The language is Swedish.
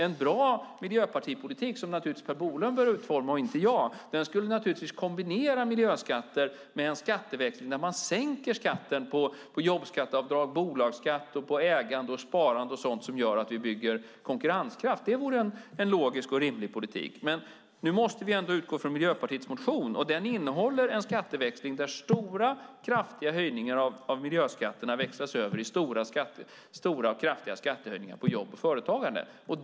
En bra miljöpartipolitik, som Per Bolund bör utforma och inte jag, skulle naturligtvis innebära en skatteväxling där miljöskatter kombineras med sänkt skatt på jobbskatteavdrag, bolag, ägande, sparande och sådant som gör att vi bygger konkurrenskraft. Det vore en logisk och rimlig politik. Men nu måste vi ändå utgå från Miljöpartiets motion, och den innehåller en skatteväxling där stora, kraftiga höjningar av miljöskatterna växlas över i stora, kraftiga skattehöjningar på jobb och företagande.